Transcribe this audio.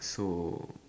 so